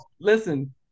listen